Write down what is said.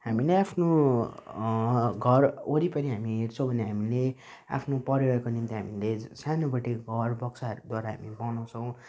हामीले आफ्नो घरवरिपरि हामी हेर्छौँ अनि हामीले आफ्नो परिवारको निम्ति हामीले सानोबडे घर बक्साहरूद्वारा हामी बनाउँछौँ